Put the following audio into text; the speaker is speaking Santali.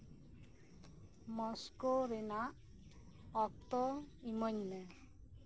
ᱢᱚᱥᱠᱳ ᱨᱮᱭᱟᱜ ᱚᱠᱛᱚ ᱮᱢᱟᱹᱧ ᱢᱮ